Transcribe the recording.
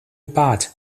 bad